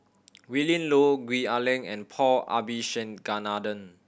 Willin Low Gwee Ah Leng and Paul Abisheganaden